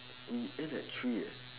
we end at three eh